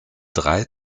drei